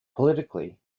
politically